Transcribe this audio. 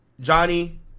Johnny